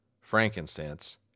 frankincense